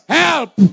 help